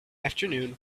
afternoon